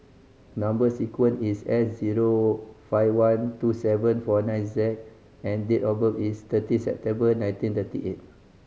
number sequence is S zero five one two seven four nine Z and date of birth is thirteen September nineteen thirty eight